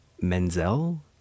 Menzel